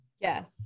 Yes